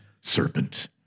serpent